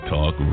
Talk